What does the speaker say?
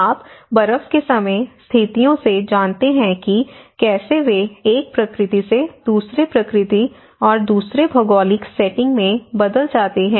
आप बर्फ के समय स्थितियों से जानते हैं कि कैसे वे एक प्रकृति से दूसरे प्रकृति और पूरे भौगोलिक सेटिंग में बदल जाते हैं